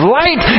light